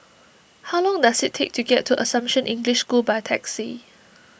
how long does it take to get to Assumption English School by taxi